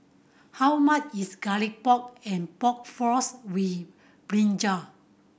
how much is Garlic Pork and Pork Floss with brinjal